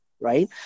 right